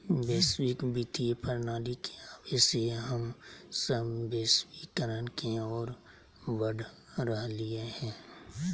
वैश्विक वित्तीय प्रणाली के आवे से हम सब वैश्वीकरण के ओर बढ़ रहलियै हें